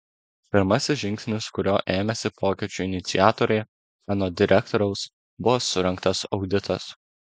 pirmasis žingsnis kurio ėmėsi pokyčių iniciatoriai anot direktoriaus buvo surengtas auditas